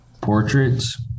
portraits